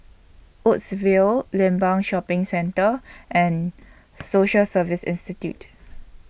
Woodsville Limbang Shopping Centre and Social Service Institute